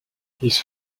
his